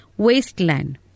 wasteland